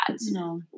No